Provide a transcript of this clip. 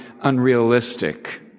unrealistic